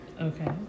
Okay